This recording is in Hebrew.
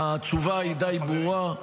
התשובה די ברורה.